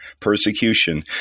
persecution